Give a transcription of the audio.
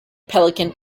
pelican